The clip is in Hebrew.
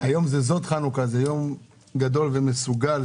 זאת חנוכה, יום גדול ומסוגל.